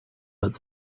but